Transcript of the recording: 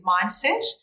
mindset